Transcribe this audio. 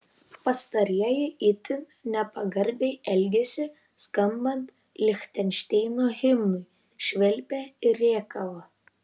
pastarieji itin nepagarbiai elgėsi skambant lichtenšteino himnui švilpė ir rėkavo